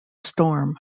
storm